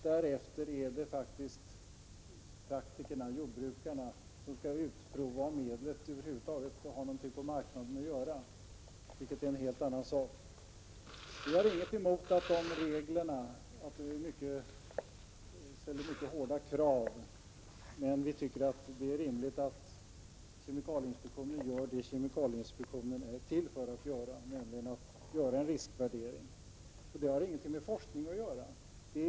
Därefter är det praktikerna, jordbrukarna, som skall utprova om medlen över huvud taget har någonting på marknaden att göra, vilket är en helt annat sak. Vi har inget emot att man i de regler som tillämpas ställer mycket hårda krav, men vi tycker det är rimligt att kemikalieinspektionen gör det den är till för, nämligen att göra en riskvärdering. Detta har ingenting med forskning att göra.